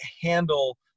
handle